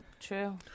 True